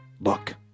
Look